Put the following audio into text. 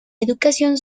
educación